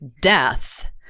death